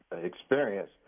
experience